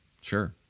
Sure